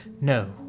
No